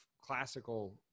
classical